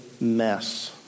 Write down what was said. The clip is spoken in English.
mess